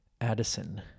Addison